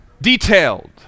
detailed